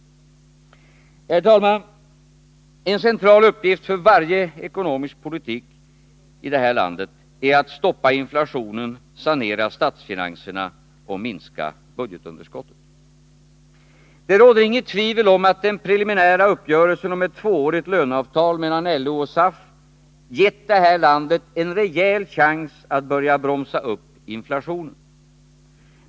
Herr talman! En central uppgift för varje ekonomisk politik i det här landet är att stoppa inflationen, sanera statsfinanserna och minska budgetunderskottet. Det råder inget tvivel om att den preliminära uppgörelsen om ett tvåårigt löneavtal mellan LO och SAF givit det här landet en rejäl chans att börja bromsa upp inflationen.